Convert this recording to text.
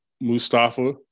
Mustafa